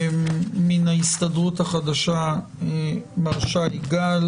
מההסתדרות חדשה נמצא אתנו מר שי גל.